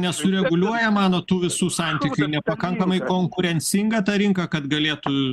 nesureguliuoja manot tų visų santykių nepakankamai konkurencinga ta rinka kad galėtų